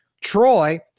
Troy